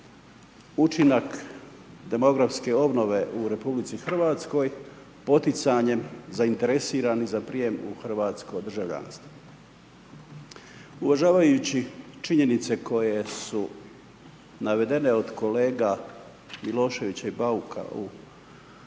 učinak demografske obnove u RH poticanjem zainteresiranih za prijem u hrvatskog državljanstvo. Uvažavajući činjenice koje su navedene od kolega Miloševića i Bauka u njihovoj